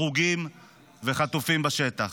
הרוגים וחטופים בשטח.